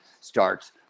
starts